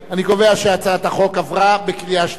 אני קובע שהצעת החוק עברה בקריאה שנייה.